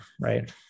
right